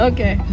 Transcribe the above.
Okay